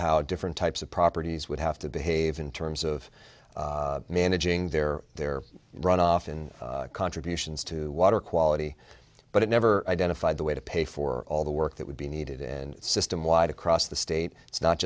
how different types of properties would have to behave in terms of managing their their runoff and contributions to water quality but it never identified the way to pay for all the work that would be needed in system wide across the state it's not